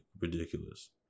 ridiculous